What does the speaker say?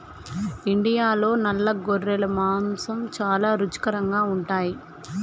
ఇండియాలో నల్ల గొర్రెల మాంసం చాలా రుచికరంగా ఉంటాయి